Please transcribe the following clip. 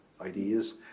ideas